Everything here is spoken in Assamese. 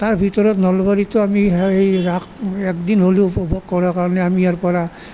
তাৰ ভিতৰত নলবাৰীতো আমি সেই ৰাস একদিন হ'লেও উপভোগ কৰাৰ কাৰণে আমি ইয়াৰ পৰা